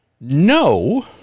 no